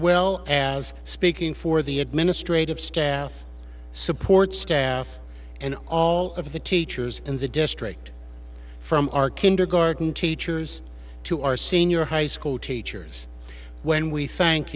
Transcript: well as speaking for the administrative staff support staff and all of the teachers in the district from our kindergarten teachers to our senior high school teachers when we thank